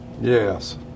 Yes